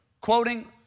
quoting